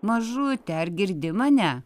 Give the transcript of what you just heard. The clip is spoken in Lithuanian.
mažute ar girdi mane